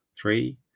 Three